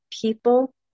people